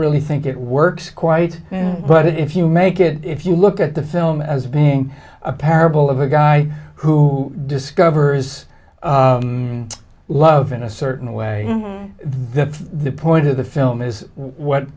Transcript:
really think it works quite but if you make it if you look at the film as being a parable of a guy who discovers love in a certain way then the point of the film is what